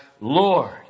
Lord